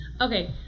Okay